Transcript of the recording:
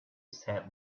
said